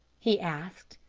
he asked.